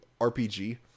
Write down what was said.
RPG